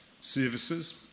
services